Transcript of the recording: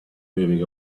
moving